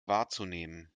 wahrzunehmen